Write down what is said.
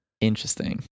Interesting